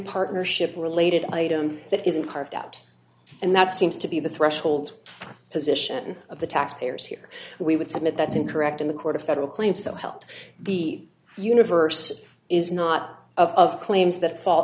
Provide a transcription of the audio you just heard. partnership related item that isn't carved out and that seems to be the threshold position of the tax payers here we would submit that's incorrect in the court of federal claims so help the universe is not of claims that fa